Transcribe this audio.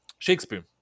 Shakespeare